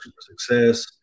success